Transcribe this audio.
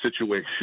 situation